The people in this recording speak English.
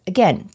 Again